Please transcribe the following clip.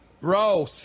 Bro